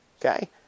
Okay